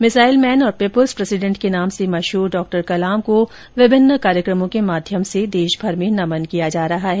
missile man और people's president के नाम से मशहूर डॉ कलाम को विभिन्न कार्यकमों के माध्यम से देशभर में नमन किया जा रहा है